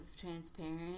transparent